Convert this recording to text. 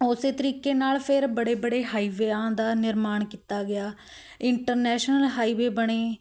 ਉਸ ਤਰੀਕੇ ਨਾਲ ਫਿਰ ਬੜੇ ਬੜੇ ਹਾਈਵਿਆਂ ਦਾ ਨਿਰਮਾਣ ਕੀਤਾ ਗਿਆ ਇੰਟਰਨੈਸ਼ਨਲ ਹਾਈਵੇ ਬਣੇ